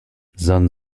san